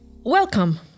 Welcome